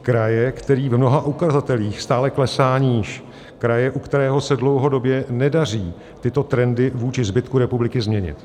kraje, který v mnoha ukazatelích stále klesá níž, kraje, u kterého se dlouhodobě nedaří tyto trendy vůči zbytku republiky změnit.